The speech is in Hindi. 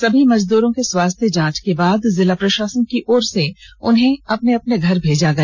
समी मजदूरों के स्वास्थ्य जांच के बाद जिला प्रषासन की ओर से उन्हें अपने अपने घर भेजा गया